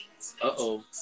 Uh-oh